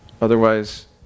Otherwise